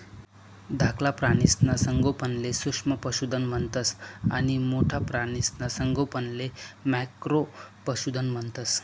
धाकला प्राणीसना संगोपनले सूक्ष्म पशुधन म्हणतंस आणि मोठ्ठा प्राणीसना संगोपनले मॅक्रो पशुधन म्हणतंस